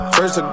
First